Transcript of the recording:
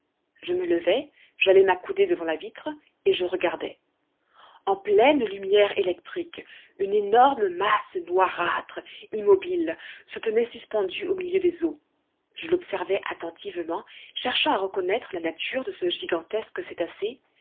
je me levai j'allai m'accouder devant la vitre et je regardai en pleine lumière électrique une énorme masse noirâtre immobile se tenait suspendue au milieu des eaux je l'observai attentivement cherchant à reconnaître la nature de ce gigantesque